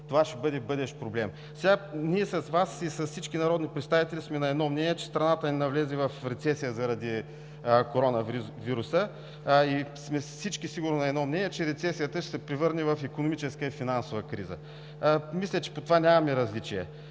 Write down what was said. това ще бъде бъдещ проблем. Ние с Вас и с всички народни представители сме на едно мнение, че страната ни навлезе в рецесия заради коронавируса и сигурно всички сме на едно мнение, че рецесията ще се превърне в икономическа и финансова криза. Мисля, че по това нямаме различия.